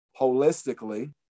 holistically